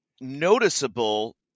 noticeable